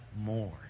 more